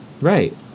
Right